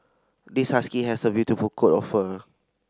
this husky has a beautiful coat of fur